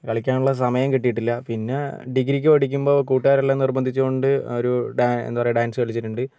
കളിക്കാനുള്ള സമയം കിട്ടിയിട്ടില്ല പിന്നെ ഡിഗ്രിക്ക് പഠിക്കുമ്പോൾ കൂട്ടുകാരെല്ലാം നിർബന്ധിച്ചതുകൊണ്ട് ഒരു ഡാൻ എന്താണ് പറയുക ഡാൻസ് കളിച്ചിട്ടുണ്ട്